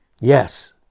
Yes